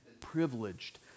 privileged